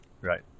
Right